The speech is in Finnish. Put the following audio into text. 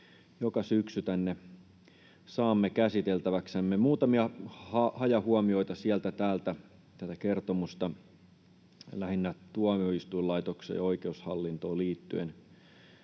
joka syksy tänne saamme käsiteltäväksemme. Muutamia hajahuomioita sieltä täältä tätä kertomusta, lähinnä tuomioistuinlaitokseen ja oikeushallintoon liittyen.